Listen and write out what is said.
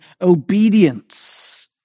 obedience